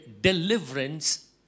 deliverance